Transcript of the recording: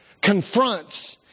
confronts